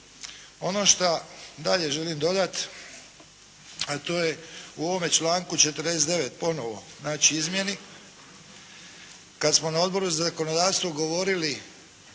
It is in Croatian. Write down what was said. Ono šta dalje želim dodati, a to je u ovome članku 49. ponovo, znači izmjeni. Kada smo na Odboru za zakonodavstvo govorili